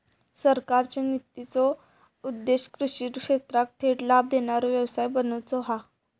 सरकारचे नितींचो उद्देश्य कृषि क्षेत्राक थेट लाभ देणारो व्यवसाय बनवुचा हा